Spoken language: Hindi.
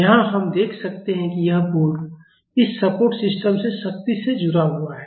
यहां हम देख सकते हैं कि यह बोर्ड इस सपोर्ट सिस्टम से सख्ती से जुड़ा हुआ है